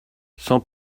sans